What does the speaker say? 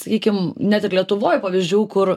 sakykim net ir lietuvoj pavyzdžių kur